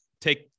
take